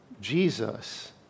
Jesus